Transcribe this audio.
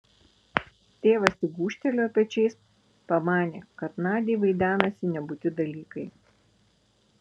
tėvas tik gūžtelėjo pečiais pamanė kad nadiai vaidenasi nebūti dalykai